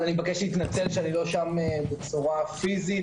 אני מבקש להתנצל שאני לא שם בצורה פיזית,